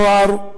נוער,